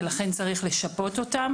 ולכן צריך לשפות אותם.